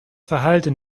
verhalten